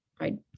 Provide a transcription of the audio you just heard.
right